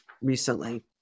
recently